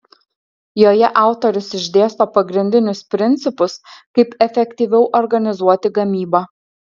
joje autorius išdėsto pagrindinius principus kaip efektyviau organizuoti gamybą